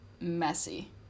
messy